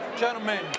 Gentlemen